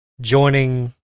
joining